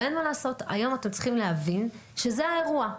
ואין מה לעשות היום אתם צריכים להבין שזה האירוע.